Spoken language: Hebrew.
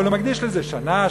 אבל הוא מקדיש לזה שנה,